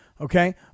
okay